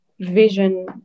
vision